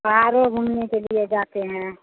पहाड़ो घूमने के लिए जाते हैं